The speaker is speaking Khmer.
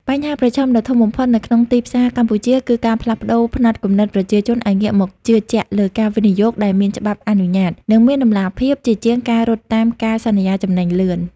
បញ្ហាប្រឈមដ៏ធំបំផុតនៅក្នុងទីផ្សារកម្ពុជា គឺការផ្លាស់ប្តូរផ្នត់គំនិតប្រជាជនឱ្យងាកមកជឿជាក់លើការវិនិយោគដែលមានច្បាប់អនុញ្ញាត និងមានតម្លាភាព ជាជាងការរត់តាមការសន្យាចំណេញលឿន។